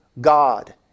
God